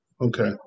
Okay